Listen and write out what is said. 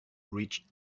reached